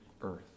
earth